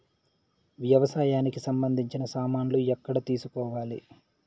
వ్యవసాయానికి సంబంధించిన సామాన్లు ఎక్కడ తీసుకోవాలి?